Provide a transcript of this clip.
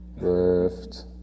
lift